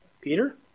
Peter